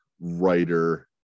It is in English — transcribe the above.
writer